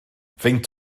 faint